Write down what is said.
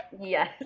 Yes